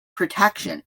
protection